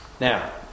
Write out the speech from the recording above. Now